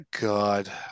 God